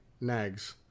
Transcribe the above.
nags